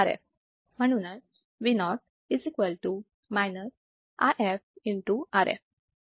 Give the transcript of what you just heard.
म्हणून Vo If Rf